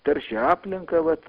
teršia aplinką vat